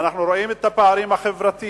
ואנחנו רואים את הפערים החברתיים,